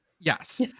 Yes